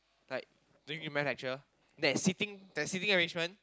like during Human lecture